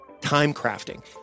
timecrafting